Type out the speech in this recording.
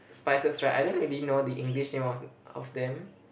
spices right I don't really know the English name of of them